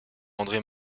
andré